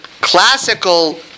classical